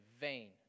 vain